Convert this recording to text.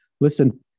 Listen